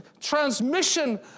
transmission